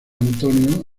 antonio